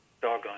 doggone